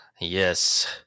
Yes